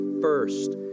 first